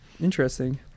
interesting